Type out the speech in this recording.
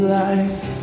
life